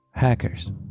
Hackers